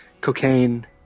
cocaine